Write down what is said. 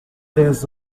dez